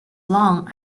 long